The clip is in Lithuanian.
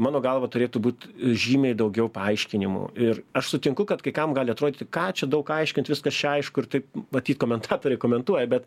mano galva turėtų būt žymiai daugiau paaiškinimų ir aš sutinku kad kai kam gali atrodyti ką čia daug aiškint viskas čia aišku ir taip matyt komentatoriai komentuoja bet